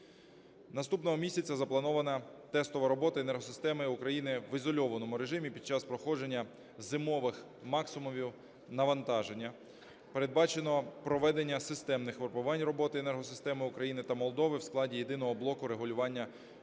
Наступного місяця запланована тестова робота енергосистеми України в ізольованому режимі під час проходження зимових максимумів навантаження, передбачено проведення системних випробувань роботи енергосистеми України та Молдови в складі єдиного блоку регулювання в